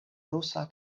rusa